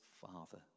father